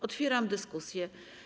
Otwieram dyskusję.